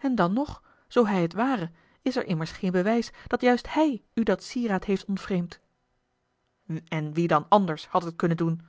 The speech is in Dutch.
en dan nog zoo hij het ware is er immers geen bewijs dat juist hij u dat sieraad heft ontvreemd en wie dan anders had het kunnen doen